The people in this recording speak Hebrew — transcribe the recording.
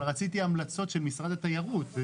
רציתי המלצות של משרד התיירות.